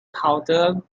counter